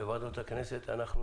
בוועדות הכנסת אנחנו